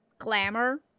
glamour